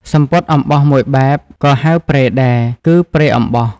សំពត់អំបោះមួយបែបក៏ហៅ ព្រែដែរ គឺព្រែអំបោះ។